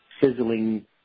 sizzling